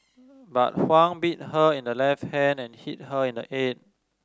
but Huang bit her in the left hand and hit her in the head